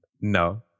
No